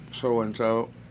so-and-so